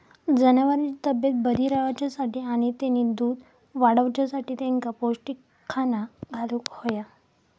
जनावरांची तब्येत बरी रवाच्यासाठी आणि तेनी दूध वाडवच्यासाठी तेंका पौष्टिक खाणा घालुक होया